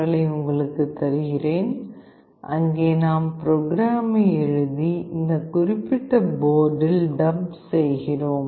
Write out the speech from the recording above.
L ஐ உங்களுக்கு தருகிறேன் அங்கே நாம் ப்ரோக்ராமை எழுதி இந்த குறிப்பிட்ட போர்டில் டம்ப் செய்கிறோம்